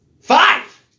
Five